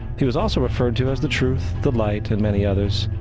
he was also referred to as the truth, the light, and many others.